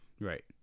Right